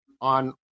on